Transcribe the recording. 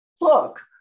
look